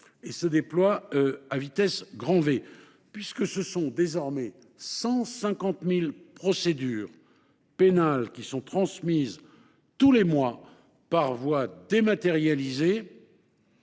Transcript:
qui se déploie à vitesse grand V, puisque désormais 150 000 procédures pénales sont transmises tous les mois par voie dématérialisée